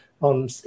on